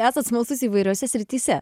esat smalsus įvairiose srityse